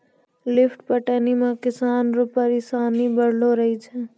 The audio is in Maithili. लिफ्ट पटौनी मे किसान रो परिसानी बड़लो रहै छै